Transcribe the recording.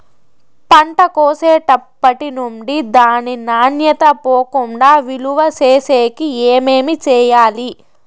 పంట కోసేటప్పటినుండి దాని నాణ్యత పోకుండా నిలువ సేసేకి ఏమేమి చేయాలి?